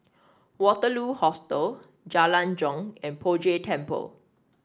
Waterloo Hostel Jalan Jong and Poh Jay Temple